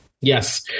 Yes